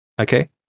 Okay